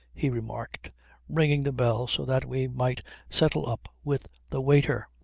he remarked ringing the bell so that we might settle up with the waiter.